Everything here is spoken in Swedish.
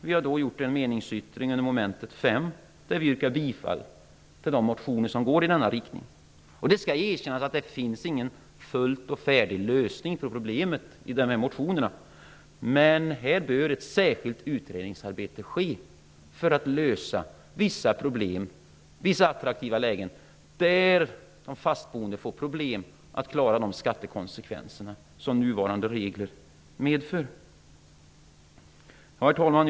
Vi har avgett en meningsyttring under moment 5, där vi yrkar bifall till de motioner som går i denna riktning. Det skall erkännas att det inte finns någon färdig lösning på problemet i motionerna. Men här bör ett särskilt utredningsarbete ske för att lösa vissa problem som uppstår för fastigheter i vissa attraktiva lägen, där de som är fast boende får problem att klara de skattekonsekvenser som nuvarande regler medför. Herr talman!